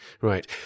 Right